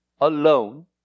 alone